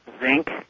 zinc